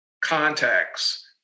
contacts